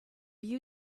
you